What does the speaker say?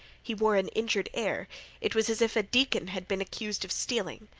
he wore an injured air it was as if a deacon had been accused of stealing.